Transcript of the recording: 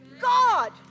God